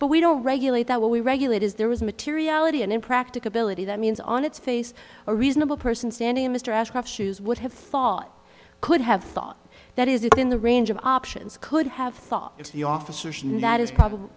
but we don't regulate that what we regulate is there was materiality and impracticability that means on its face a reasonable person standing in mr ashcroft shoes would have thought could have thought that is it in the range of options could have thought if the officers in that is probably